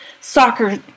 soccer